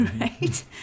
Right